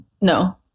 No